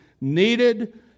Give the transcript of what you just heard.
needed